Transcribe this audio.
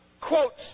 quotes